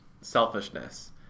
selfishness